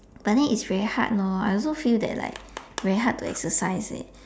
but then it's very hard lor I also feel like it's very hard to exercise leh